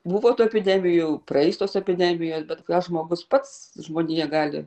buvo tų epidemijų praeis tos epidemijos bet ką žmogus pats žmonija gali